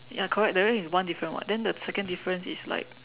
ya correct that means there is one difference [what] then the second difference is like